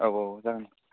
औ औ औ जागोन